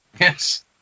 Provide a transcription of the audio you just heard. Yes